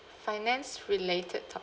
finance related topics